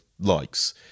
likes